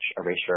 erasure